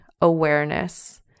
awareness